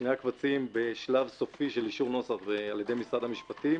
שני הקבצים בשלב סופי של אישור נוסח על-ידי משרד המשפטים.